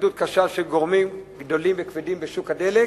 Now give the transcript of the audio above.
התנגדות קשה של גורמים גדולים וכבדים בשוק הדלק,